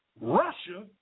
Russia